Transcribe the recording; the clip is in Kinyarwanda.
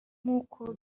nk’uko